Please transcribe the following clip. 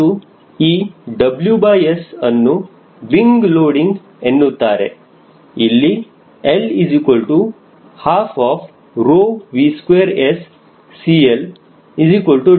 ಮತ್ತು ಈ WS ಅನ್ನು ವಿಂಗ್ ಲೋಡಿಂಗ್ ಎನ್ನುತ್ತಾರೆ